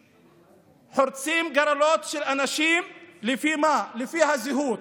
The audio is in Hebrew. שחורצים גורלות של אנשים לפי הזהות.